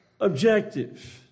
objective